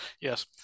Yes